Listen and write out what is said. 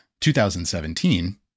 2017